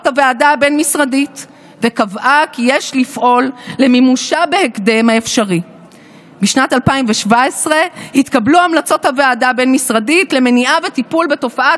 בנושא לפעולות שיש לבצע בתחומים תשתיתיים וכן המלצות הנוגעות לאוכלוסיות